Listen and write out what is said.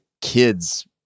kids